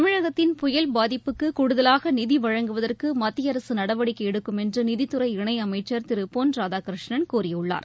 தமிழகத்தின் புயல் பாதிப்புக்கு கூடுதவாக நிதி வழங்குவதற்கு மத்திய அரசு நடவடிக்கை எடுக்கும் என்று நிதித்துறை இணை அமைச்சர் திரு பொன் ராதாகிருஷ்ணன் கூறியுள்ளார்